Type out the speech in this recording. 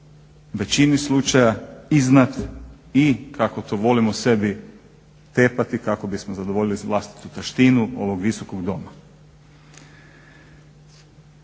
većini slučaja iznad i kako to volimo sebi tepati kako bismo zadovoljili vlastitu taštinu ovog Visokog doma.